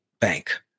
Bank